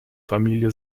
familie